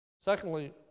Secondly